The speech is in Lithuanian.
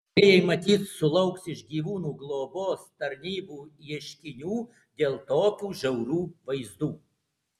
kūrėjai matyt sulauks iš gyvūnų globos tarnybų ieškinių dėl tokių žiaurių vaizdų